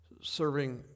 serving